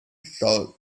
salt